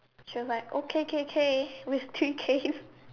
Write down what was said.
she was like okay K K with two K